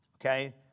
Okay